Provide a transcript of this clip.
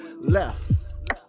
left